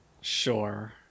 Sure